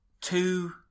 two